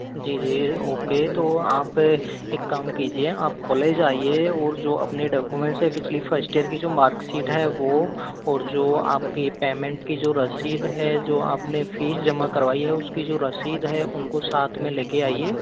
जी जी ओके तो आप एक काम कीजिए आप कॉलेज आइए और जो अपने डॉक्यूमेंट से पिछली फर्स्ट ईयर की जो मार्कशीट है वो और जो आपके पेमेंट की जो रसीद है जो आपने फीस जमा करवाई है उसकी जो रसीद है उनको साथ में लेके आइए